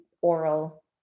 oral